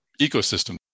ecosystem